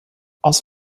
aus